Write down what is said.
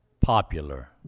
Popular